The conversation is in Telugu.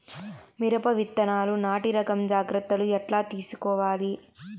మిరప విత్తనాలు నాటి రకం జాగ్రత్తలు ఎట్లా తీసుకోవాలి?